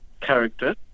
character